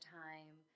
time